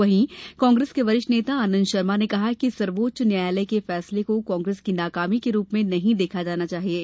वहीं कांग्रेस के वरिष्ठ नेता आंनद शर्मा ने कहा कि सर्वोच्च न्यायालय के फैसले को कांग्रेस की नकामी के रूप में नहीं देखा जाना चाहिये